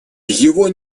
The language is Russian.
его